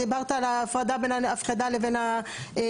דיברת על ההפרדה בין ההפקדה לבין הנטילה.